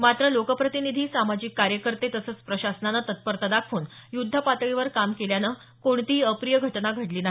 मात्र लोकप्रतिनिधी सामाजिक कार्यकते तसंच प्रशासनाने तत्परता दाखवून युद्धपातळीवर काम केल्यानं कोणतीही अप्रिय घटना घडली नाही